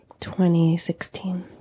2016